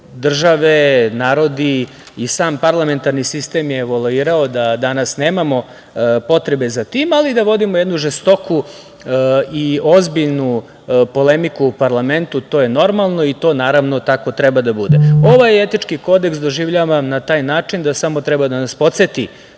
države, narodi i sam parlamentarni sistem je evoluirao da danas nemamo potrebe za tim, ali da vodimo jednu žestoku i ozbiljnu polemiku u parlamentu je normalno i to, naravno, tako treba da bude. Ovaj etički kodeks doživljavam na taj način da samo treba da nas podseti